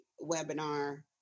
webinar